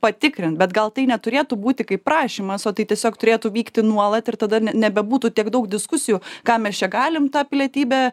patikrint bet gal tai neturėtų būti kaip prašymas o tai tiesiog turėtų vykti nuolat ir tada ne nebebūtų tiek daug diskusijų ką mes čia galim tą pilietybę